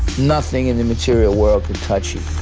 nothing in the material world could touch you.